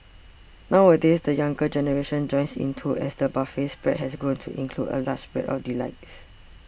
nowadays the younger generation joins in too as the buffet spread has grown to include a large spread of delights